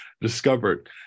discovered